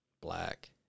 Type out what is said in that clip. Black